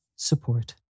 Support